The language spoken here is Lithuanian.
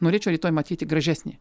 norėčiau rytoj matyti gražesnį